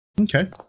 Okay